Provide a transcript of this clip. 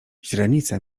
źrenice